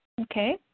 Okay